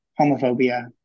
homophobia